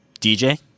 DJ